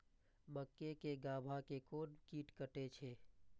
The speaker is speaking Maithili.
मक्के के गाभा के कोन कीट कटे छे?